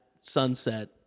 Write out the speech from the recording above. sunset